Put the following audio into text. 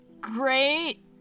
great